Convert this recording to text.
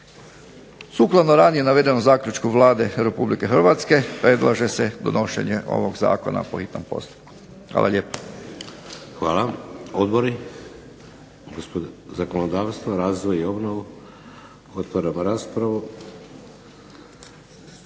Sukladno ranije navedenom zaključku Vlade Republike Hrvatske predlaže se donošenje ovog zakona po hitnom postupku. Hvala lijepa. **Šeks, Vladimir (HDZ)** Hvala. Odbori? Zakonodavstvo, razvoj i obnovu? Otvaram raspravu.